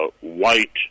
white